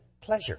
pleasure